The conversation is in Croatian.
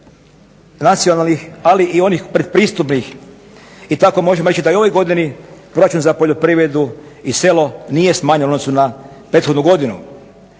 nacionalnih, ali i onih pretpristupnih. I tako možemo reći da i u ovoj godini proračun za poljoprivredu i selo nije smanjen u odnosu na prethodnu godinu.